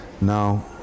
Now